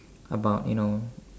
about you know